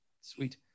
Sweet